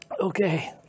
Okay